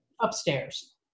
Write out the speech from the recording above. upstairs